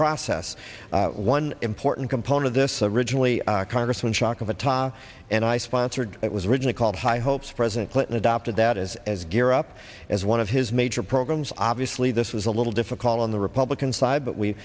process one important component of this originally congressman schock of a ta and i sponsored it was originally called high hopes for his and clinton adopted that is as gear up as one of his major programs obviously this was a little difficult on the republican side but we